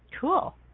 Cool